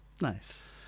Nice